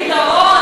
כך מביאים פתרון?